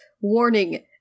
warning